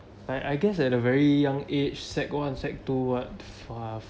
I I guess at a very young age sec~ one sec~ two what